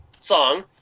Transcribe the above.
song